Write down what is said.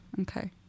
Okay